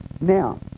Now